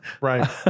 Right